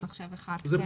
יש מחשב אחד.